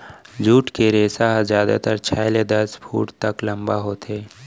jute के रेसा ह जादातर छै ले दस फूट तक लंबा होथे